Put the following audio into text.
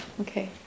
Okay